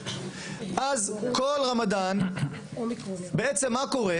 אז כל רמדאן -- בעצם מה קורה?